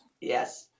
Yes